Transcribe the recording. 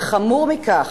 וחמור מכך,